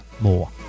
more